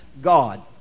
God